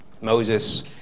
Moses